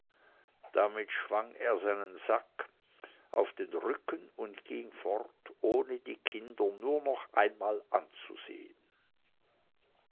damit schwang er seinen sack auf den rücken und ging fort ohne die kinder nur noch einmal anzusehen